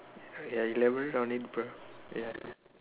ya eleven around April ya